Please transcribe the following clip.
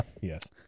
Yes